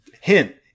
Hint